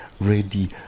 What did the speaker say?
ready